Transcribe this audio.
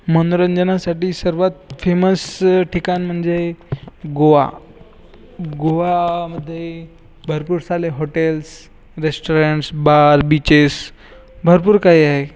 मनोरंजनासाठी सर्वात फेमस ठिकाण म्हणजे गोवा गोवामध्ये भरपूर सारे हॉटेल्स रेस्टॉरंट्स बार बीचेस भरपूर काही आहे